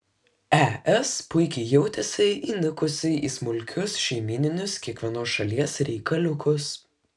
es puikiai jautėsi įnikusi į smulkius šeimyninius kiekvienos šalies reikaliukus